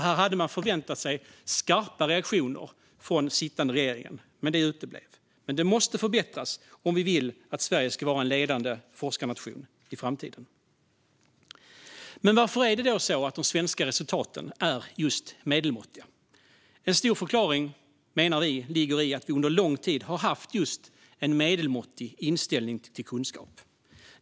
Här hade man förväntat sig skarpa reaktioner från den sittande regeringen, men de uteblev. Men resultaten måste förbättras om vi vill att Sverige ska vara en ledande forskarnation i framtiden. Varför är då de svenska resultaten just medelmåttiga? En stor förklaring, menar vi, ligger i att vi under lång tid har haft just en medelmåttig inställning till kunskap.